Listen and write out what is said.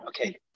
Okay